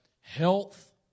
Health